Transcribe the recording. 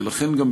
ולכן גם,